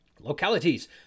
Localities